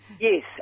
Yes